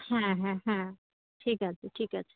হ্যাঁ হ্যাঁ হ্যাঁ ঠিক আছে ঠিক আছে